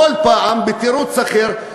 כל פעם בתירוץ אחר,